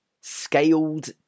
scaled